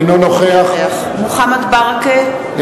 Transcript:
אינו נוכח מוחמד ברכה,